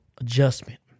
adjustment